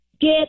get